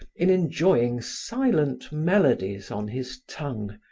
in enjoying silent melodies on his tongue,